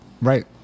Right